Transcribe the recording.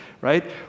right